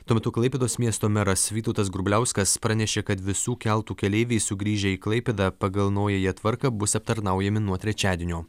tuo metu klaipėdos miesto meras vytautas grubliauskas pranešė kad visų keltų keleiviai sugrįžę į klaipėdą pagal naująją tvarką bus aptarnaujami nuo trečiadienio